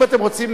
אם אתם רוצים,